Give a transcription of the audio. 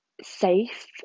safe